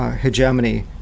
Hegemony